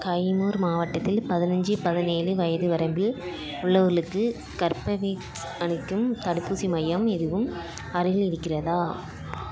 கைமூர் மாவட்டத்தில் பதினஞ்சு பதினேழு வயது வரம்பில் உள்ளவர்களுக்கு கர்பவேக்ஸ் அளிக்கும் தடுப்பூசி மையம் எதுவும் அருகில் இருக்கிறதா